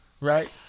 right